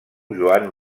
joan